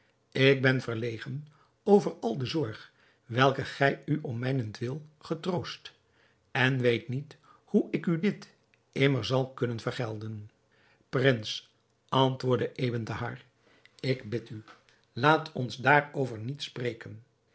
ik ben verlegen over al de zorg welke gij u om mijnentwil getroost en weet niet hoe ik u dit immer zal kunnen vergelden prins antwoordde ebn thahar ik bid u laat ons daarover niet spreken